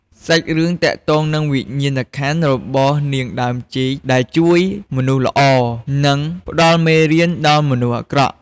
សាច់រឿងទាក់ទងនឹងវិញ្ញាណក្ខន្ធរបស់នាងដើមចេក ដែលជួយមនុស្សល្អ និងផ្ដល់មេរៀនដល់មនុស្សអាក្រក់។